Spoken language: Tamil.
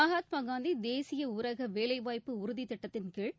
மகாத்மாகாந்தி தேசிய ஊரக வேலை வாய்ப்பு உறுதித்திட்டத்தின்கீழ்